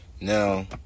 Now